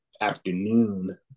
afternoon